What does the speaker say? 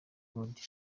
ford